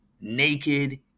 naked